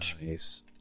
Nice